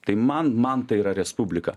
tai man man tai yra respublika